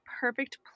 perfect